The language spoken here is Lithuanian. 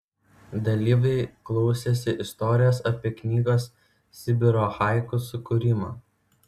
dalyviai klausėsi istorijos apie knygos sibiro haiku sukūrimą